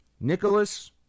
Nicholas